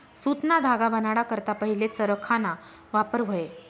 सुतना धागा बनाडा करता पहिले चरखाना वापर व्हये